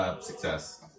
success